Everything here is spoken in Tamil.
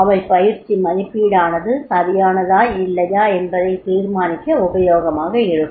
அவை பயிற்சி மதிப்பீடானது சரியானதா இல்லையா என்பதை தீர்மானிக்க உபயோகமாக இருக்கும்